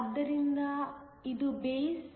ಆದ್ದರಿಂದ ಇದು ಬೇಸ್